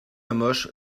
hamoche